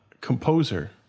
composer